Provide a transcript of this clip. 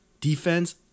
Defense